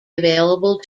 available